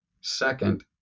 Second